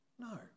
No